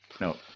No